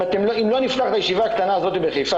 אם לא נפתח את הישיבה הקטנה הזאת בחיפה,